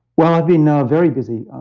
well, i've been a very busy.